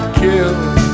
killed